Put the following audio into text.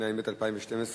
התשע"ב 2012,